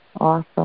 Awesome